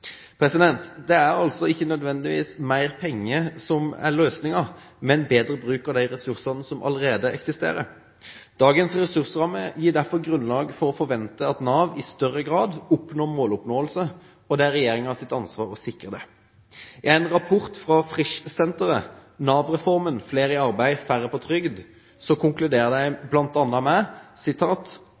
Det er altså ikke nødvendigvis mer penger som er løsningen, men bedre bruk av de ressursene som allerede eksisterer. Dagens ressursramme gir derfor grunnlag for å kunne forvente at Nav i større grad oppnår måloppnåelse, og det er regjeringen sitt ansvar å sikre dette. I en rapport fra Frischsenteret: «Nav-reformen: Flere i arbeid – færre på trygd?» konkluderer de bl.a. med: